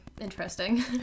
interesting